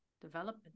development